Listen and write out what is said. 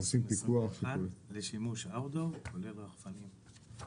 לשימוש outdoor, כולל רחפנים.